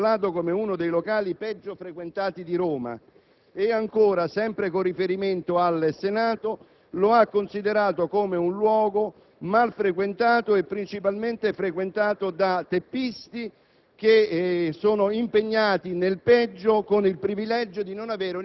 Non solo, ma parlando del Senato della Repubblica, signor Presidente, lo ha appellato come «uno dei locali peggio frequentati di Roma» e ancora, sempre con riferimento al Senato, lo ha considerato come «un luogo mal frequentato» e principalmente frequentato da teppisti